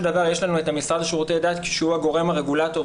דבר יש לנו את המשרד לשירותי דת שהוא הגורם הרגולטור,